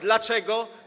Dlaczego?